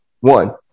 One